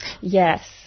Yes